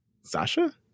Sasha